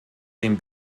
dem